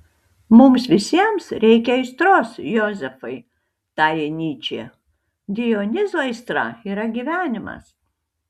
mums visiems reikia aistros jozefai tarė nyčė dionizo aistra yra gyvenimas